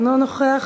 אינו נוכח,